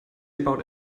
about